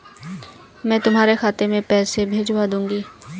मैं तुम्हारे खाते में पैसे भिजवा दूँगी